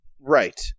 Right